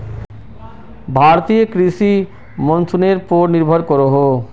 भारतीय कृषि मोंसूनेर पोर निर्भर करोहो